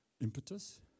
Impetus